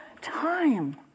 time